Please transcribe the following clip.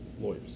lawyers